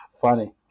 funny